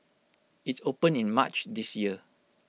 IT opened in March this year